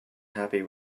happy